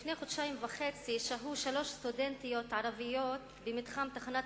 לפני חודשיים וחצי שהו שלוש סטודנטיות ערביות במתחם תחנת